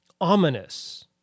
ominous